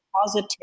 positive